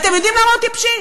אתם יודעים למה הוא טיפשי?